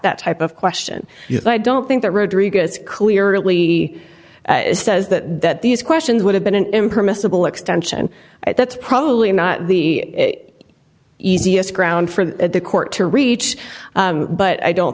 that type of question yes i don't think that roderigo is clearly says that that these questions would have been an impermissible extension that's probably not the easiest ground for the court to reach but i don't